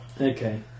Okay